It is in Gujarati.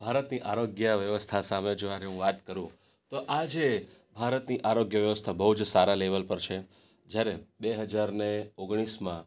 ભારતની આરોગ્ય વ્યવસ્થા સામે જોવાની હું વાત કરું તો આજે ભારતની આરોગ્ય વ્યવસ્થા બહુ જ સારા લેવલ પર છે જ્યારે બે હજાર ને ઓગણીસમાં